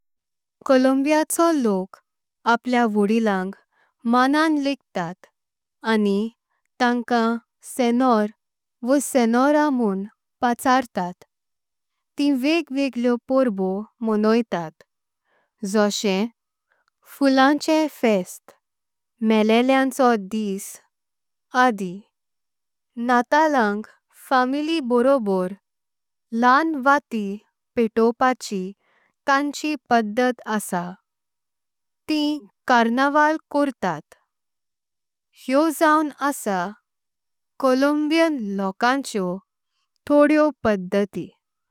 कोलंबियाचो लोक आपल्या व्होड्डीलांक मणण लेकतात। आनि तंका सेनोऱ वा सेनोऱा म्होंण पाचार्तात तिं वेग। वेगळेओ पोरबो मोणीतात जोशे फुलांमचे फेस्त। मेळ्यांचा दिस आदि नातालांक फामीली बरोबर। ल्हान वाती पेतोवपाची तांची पडत आसा तिं कार्नावल। कोरतात हेव जाऊं आसा कोलंबियन लोकांचे तोंडवे पद्दती।